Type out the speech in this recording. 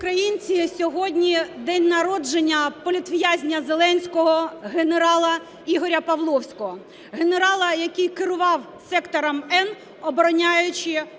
українці, сьогодні день народження політв'язня Зеленського генерала Ігоря Павловського - генерала, який керував сектором "М", обороняючи Маріуполь.